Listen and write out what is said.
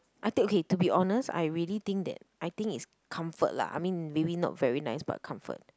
I take okay to be honest I really think that I think it's comfort lah I mean maybe not very nice but comfort